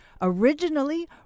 Originally